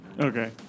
Okay